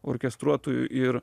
orkestruotuoju ir